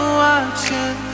watching